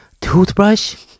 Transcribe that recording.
Toothbrush